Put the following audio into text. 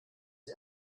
sie